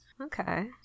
Okay